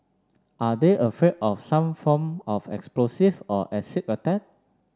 are they afraid of some form of explosive or acid attack